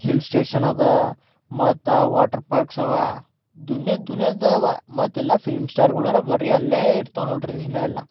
hill station ಇದೆ ಮತ್ತೆ water parks ಇವೆ ದುನಿಯಾ ದುನಿಯಾದ್ದಿವೆ ಮತ್ತೆಲ್ಲ ಫಿಲ್ಮ್ ಸ್ಟಾರ್ಗಳರೆ ಬರೀ ಅಲ್ಲೇ ಇರ್ತಾವೆ ನೋಡಿರಿ ದಿನ ಎಲ್ಲ